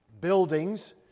buildings